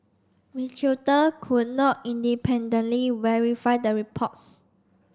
could not independently verify the reports